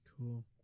Cool